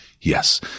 Yes